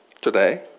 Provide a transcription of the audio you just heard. today